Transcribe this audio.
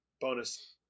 bonus